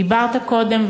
דיברת קודם,